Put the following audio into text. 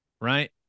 right